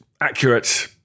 accurate